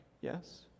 yes